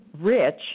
rich